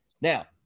Now